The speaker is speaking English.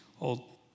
old